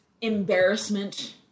embarrassment